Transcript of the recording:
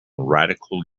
radical